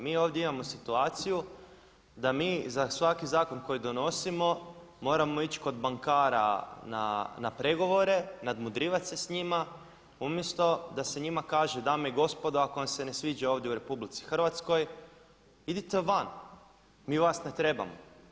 Mi ovdje imamo situaciju da mi za svaki zakon koji donosimo moramo ići kod bankara na pregovore, nadmudrivati se s njima umjesto da se njima kaže dame i gospodo ako vam se ne sviđa ovdje u RH idite van, mi vas ne trebamo.